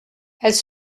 elles